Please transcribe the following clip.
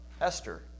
Esther